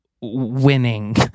Winning